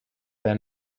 their